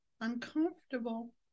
uncomfortable